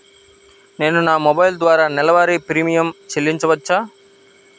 నేను నా మొబైల్ ద్వారా నెలవారీ ప్రీమియం చెల్లించవచ్చా?